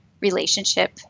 relationship